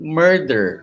murder